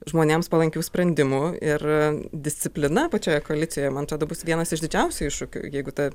žmonėms palankių sprendimų ir disciplina pačioje koalicijoje man atrodo bus vienas iš didžiausių iššūkių jeigu ta